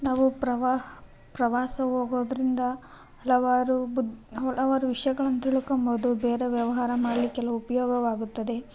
ನಾವು ಪ್ರವಾಸ ಹೋಗೋದರಿಂದ ಹಲವಾರು ಹಲವಾರು ವಿಷಯಗಳನ್ನು ತಿಳ್ಕೋಬೋದು ಬೇರೆ ವ್ಯವಹಾರ ಮಾಡ್ಲಿಕ್ಕೆಲ್ಲ ಉಪಯೋಗವಾಗುತ್ತದೆ